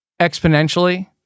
exponentially